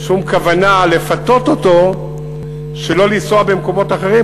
אין שום כוונה לפתות אותו שלא לנסוע במקומות אחרים,